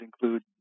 include